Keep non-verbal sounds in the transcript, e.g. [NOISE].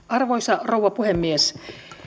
[UNINTELLIGIBLE] arvoisa rouva puhemies